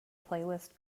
playlist